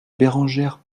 bérengère